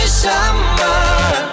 summer